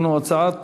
הצעת